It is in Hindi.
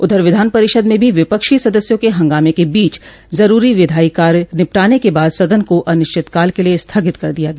उधर विधान परिषद में भी विपक्षी सदस्यों के हंगामे के बीच जरूरी विधायी कार्य निपटाने के बाद सदन को अनिश्चित काल के लिये स्थगित कर दिया गया